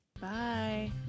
Bye